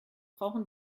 brauchen